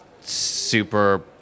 super